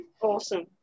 Awesome